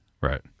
Right